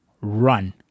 run